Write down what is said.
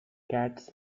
cats